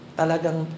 talagang